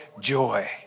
joy